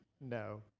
No